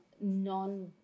non